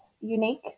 unique